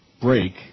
break